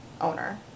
Owner